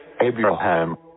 Abraham